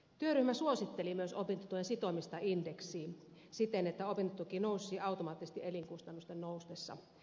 työryhmä suositteli myös opintotuen sitomista indeksiin siten että opintotuki nousisi automaattisesti elinkustannusten noustessa